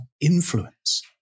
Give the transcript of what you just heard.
influence